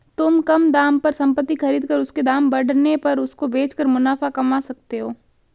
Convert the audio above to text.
तुम कम दाम पर संपत्ति खरीद कर उसके दाम बढ़ने पर उसको बेच कर मुनाफा कमा सकते हो